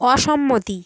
অসম্মতি